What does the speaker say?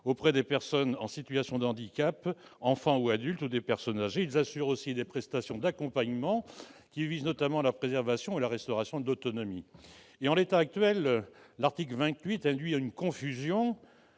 auprès des personnes en situation de handicap, enfants ou adultes, ou des personnes âgées. Ils assurent aussi des prestations d'accompagnement qui visent notamment à la préservation et la restauration de l'autonomie. En l'état actuel, l'article 28 induit une confusion